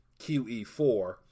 QE4